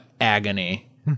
agony